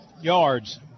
yards